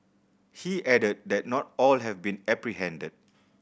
he added that not all have been apprehended